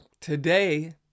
today